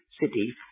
city